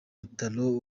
bitaro